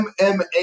MMA